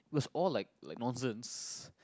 was all like like nonsense